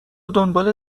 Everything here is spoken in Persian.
دنبال